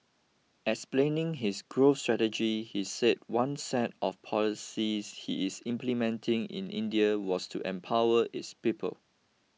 explaining his growth strategy he said one set of policies he is implementing in India was to empower its people